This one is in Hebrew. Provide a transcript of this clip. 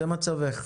זה מצבך.